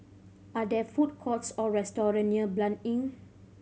are there food courts or restaurant near Blanc Inn